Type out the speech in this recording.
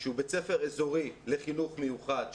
שהוא בית ספר אזורי לחינוך מיוחד,